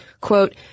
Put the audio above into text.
quote